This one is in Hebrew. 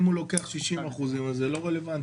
אם הוא לוקח 60% אז זה לא רלוונטי.